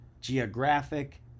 geographic